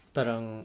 Parang